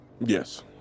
Yes